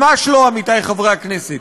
ממש לא, עמיתי חברי הכנסת.